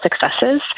successes